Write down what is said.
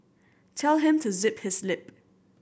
tell him to zip his lip